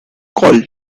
call